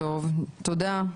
תודה.